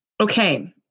Okay